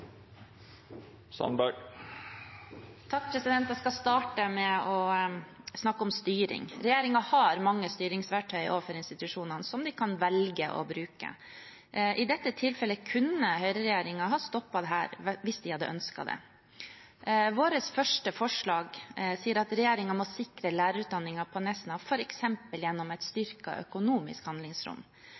Jeg skal starte med å snakke om styring. Regjeringen har mange styringsverktøy overfor institusjonene som de kan velge å bruke. I dette tilfellet kunne høyreregjeringen ha stoppet dette hvis de hadde ønsket det. Vårt første forslag sier at regjeringen må sikre lærerutdanningen på Nesna f.eks. gjennom et styrket økonomisk handlingsrom.